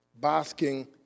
basking